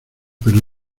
pero